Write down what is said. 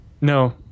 No